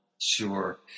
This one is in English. Sure